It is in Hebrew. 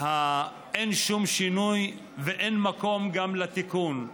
אין שום שינוי ואין מקום גם לתיקון.